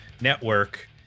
network